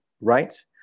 right